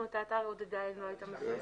את האתר היא עדיין לא הייתה מפורסמת.